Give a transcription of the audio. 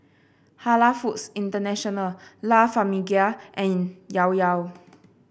Halal Foods International La Famiglia and Llao Llao